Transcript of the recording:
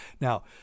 now